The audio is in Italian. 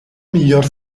migliore